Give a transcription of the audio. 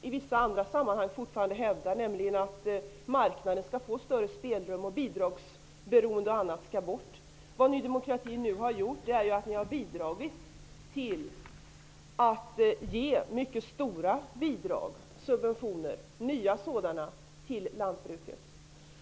I vissa sammanhang hävdar Ny demokrati också fortfarande att marknaden skall få större spelrum och att bl.a. bidragsberoendet skall bort. Ny demokrati har ju bidragit till att mycket stora bidrag kommer att ges. Nya subventioner kommer att ges lantbruket.